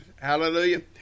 Hallelujah